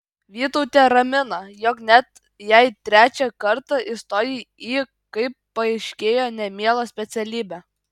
vytautė ramina jog net jei trečią kartą įstojai į kaip paaiškėjo nemielą specialybę